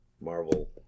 Marvel